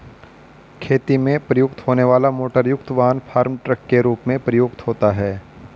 खेती में प्रयुक्त होने वाला मोटरयुक्त वाहन फार्म ट्रक के रूप में प्रयुक्त होता है